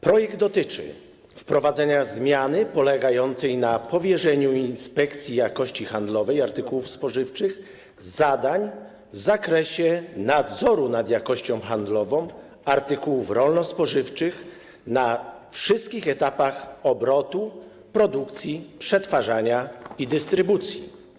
Projekt dotyczy wprowadzenia zmiany polegającej na powierzeniu Inspekcji Jakości Handlowej Artykułów Rolno-Spożywczych zadań w zakresie nadzoru nad jakością handlową artykułów rolno-spożywczych na wszystkich etapach obrotu, produkcji, przetwarzania i dystrybucji.